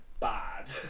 bad